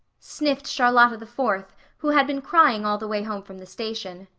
sniffed charlotta the fourth, who had been crying all the way home from the station.